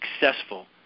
successful